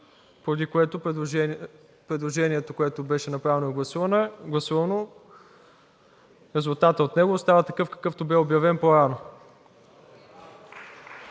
поради което предложението, което беше направено и гласувано, резултатът от него остава такъв, какъвто бе обявен по-рано.